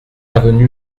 avenue